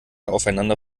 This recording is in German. aufeinander